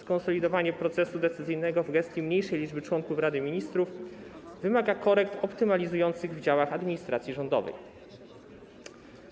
Skonsolidowanie procesu decyzyjnego w gestii mniejszej liczby członków Rady Ministrów wymaga korekt optymalizujących w działach administracji rządowej,